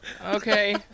Okay